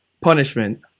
punishment